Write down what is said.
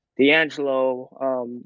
D'Angelo